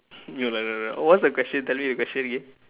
no lah no lah what's the question tell me the question again